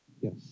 Yes